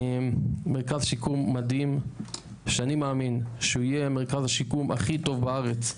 מרכז שיקום מדהים שאני מאמין שהוא יהיה מרכז השיקום הכי טוב בארץ.